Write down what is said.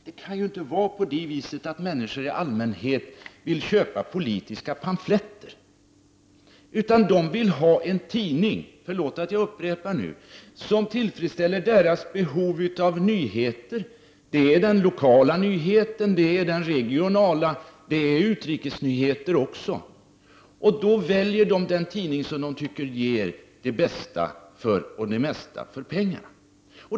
Det kan inte vara så att människor i allmänhet vill köpa politiska pamfletter, utan de vill ha en tidning — förlåt att jag upprepar det — som tillfredsställer deras behov av nyheter, såväl lokala och regionala nyheter som utrikesnyheter. De väljer då den tidning som de tycker ger det bästa och det mesta för pengarna.